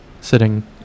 sitting